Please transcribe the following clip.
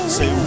Say